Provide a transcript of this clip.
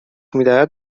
میدهد